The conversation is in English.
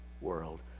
world